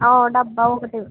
డబ్బా ఒకటి